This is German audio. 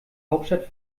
hauptstadt